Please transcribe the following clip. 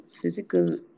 physical